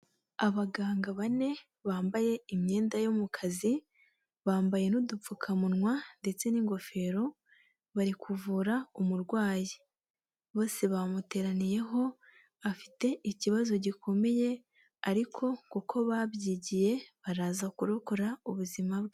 Abaganga bane bambaye imyenda yo mu kazi, bambaye n'udupfukamunwa ndetse n'ingofero bari kuvura umurwayi, bose bamuteraniyeho afite ikibazo gikomeye ariko kuko babyigiye baraza kurokora ubuzima bwe.